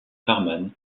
farman